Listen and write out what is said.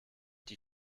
die